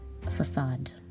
facade